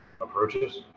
approaches